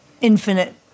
infinite